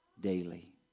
Daily